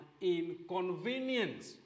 inconvenience